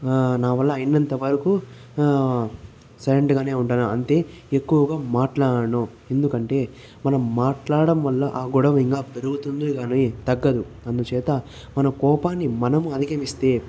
నావల్ల అయినంతవరకు సైలెంట్ గానే ఉంటాను అంటే ఎక్కువగా మాట్లాడను ఎందుకంటే మనం మాట్లాడటం వల్ల ఆ గొడవ ఇంకా పెరుగుతుంది కానీ తగ్గదు అందుచేత మన కోపాన్ని మనం అధిగమిస్తే